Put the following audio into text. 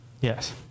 Yes